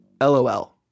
LOL